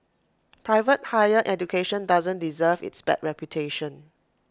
private higher education doesn't deserve its bad reputation